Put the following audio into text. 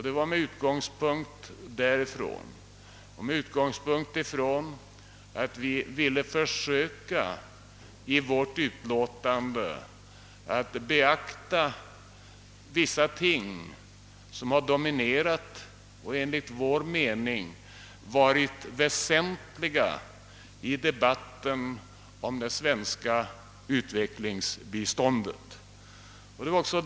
Det var med utgångspunkt därifrån som vi i vårt utlåtande ville försöka beakta vissa ting som har dominerat och enligt vår mening varit väsentliga i debatten om det svenska utvecklingsbiståndet.